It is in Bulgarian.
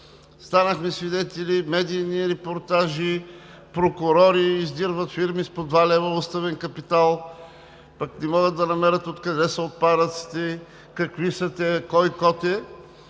станахме свидетели на медийни репортажи как прокурори издирват фирми с по два лева уставен капитал, не могат да намерят откъде са отпадъците, какви са, кой код са